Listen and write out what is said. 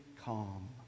calm